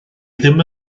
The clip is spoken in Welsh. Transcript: ddim